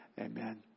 Amen